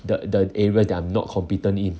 the the area that I'm not competent in